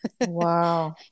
wow